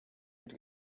bir